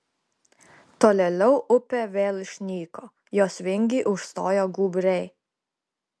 tolėliau upė vėl išnyko jos vingį užstojo gūbriai